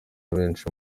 benshi